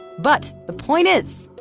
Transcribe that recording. but, the point is,